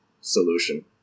solution